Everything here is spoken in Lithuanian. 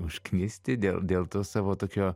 užknisti dėl dėl to savo tokio